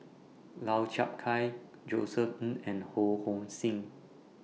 Lau Chiap Khai Josef Ng and Ho Hong Sing